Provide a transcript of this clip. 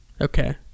Okay